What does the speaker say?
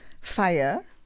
fire